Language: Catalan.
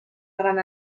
gran